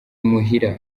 muhira